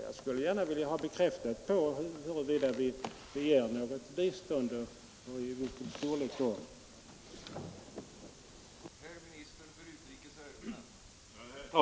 Jag skulle gärna vilja ha bekräftat huruvida vi ger något bistånd och av vilken storleksordning det är.